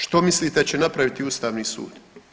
Što mislite da će napraviti Ustavni sud?